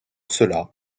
cela